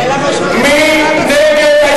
מי נגד?